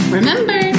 Remember